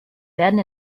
werden